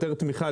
יותר תמיכה,